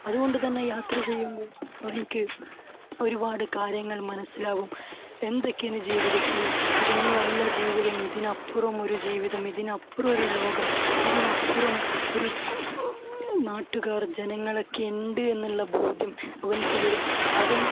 അതുകൊണ്ടു തന്നെ യാത്ര ചെയ്യുമ്പം എനിക്ക് ഒരുപാട് കാര്യങ്ങൾ മനസ്സിലാകും എന്തൊക്കെ ഇനി ജീവിതത്തിൽ ഇതൊന്നും അല്ല ജീവിതം ഇതിനപ്പുറം ഒരു ജീവിതം ഇതിനപ്പുറം ഒരു ലോകം ഇതിനപ്പുറം ഒരു നാട്ടുകാർ ജനങ്ങളൊക്കെ ഉണ്ട് എന്നുള്ള ബോധ്യം അവനിക്ക് വരും അവൻ